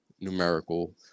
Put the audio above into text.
numerical